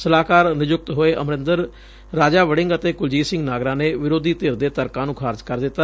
ਸਲਾਹਕਾਰ ਨਿਯੁਕਤ ਹੋਏ ਅਮਰਿੰਦਰ ਰਾਜਾ ਵਤਿੰਗ ਅਤੇ ਕੁਲਜੀਤ ਸਿੰਘ ਨਾਗਰਾ ਨੇ ਵਿਰੋਧੀ ਧਿਰ ਦੇ ਤਰਕਾਂ ਨੂੰ ਖਾਰਜ ਕਰ ਦਿੱਤਾ